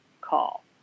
call